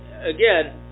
again